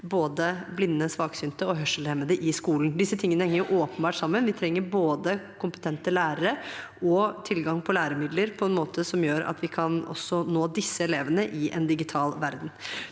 både blinde, svaksynte og hørselshemmede i skolen. Disse tingene henger åpenbart sammen. Vi trenger både kompetente lærere og tilgang på læremidler på en måte som gjør at vi også kan nå disse elevene i en digital verden.